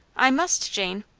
i must, jane.